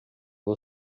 vou